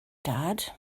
dad